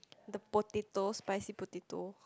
the potatoes spicy potato